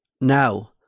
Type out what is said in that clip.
now